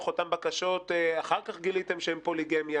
אותן בקשות אחר כך גיליתם שהן פוליגמיה,